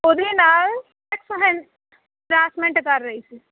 ਉਹਦੇ ਨਾਲ ਹਰਾਸਮੈਂਟ ਕਰ ਰਹੀ ਸੀ